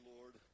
Lord